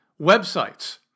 Websites